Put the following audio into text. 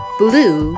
blue